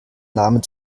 namen